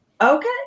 okay